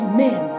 men